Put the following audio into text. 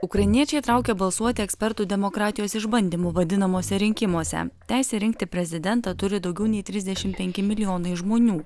ukrainiečiai traukė balsuoti ekspertų demokratijos išbandymu vadinamuose rinkimuose teisę rinkti prezidentą turi daugiau nei trisdešimt penki milijonai žmonių